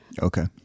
Okay